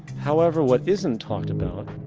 however, what isn't talked about,